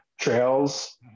trails